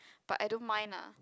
but I don't mind lah